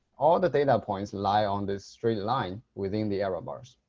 all the data points lie on this straight line within the error bars.